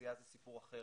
תעשייה זה סיפור אחר.